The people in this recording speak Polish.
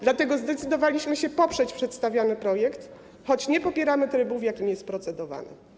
Dlatego zdecydowaliśmy się poprzeć przedstawiony projekt, choć nie popieramy trybu, w jakim jest procedowany.